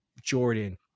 Jordan